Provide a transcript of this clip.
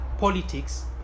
politics